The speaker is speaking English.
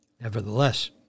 Nevertheless